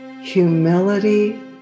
humility